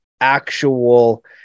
actual